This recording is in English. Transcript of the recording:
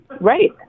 right